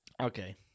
Okay